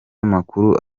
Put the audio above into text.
amakuru